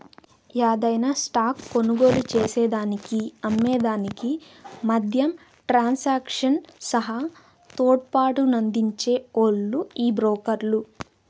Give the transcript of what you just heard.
యాదైన స్టాక్ కొనుగోలు చేసేదానికి అమ్మే దానికి మద్యం ట్రాన్సాక్షన్ సహా తోడ్పాటునందించే ఓల్లు ఈ బ్రోకర్లు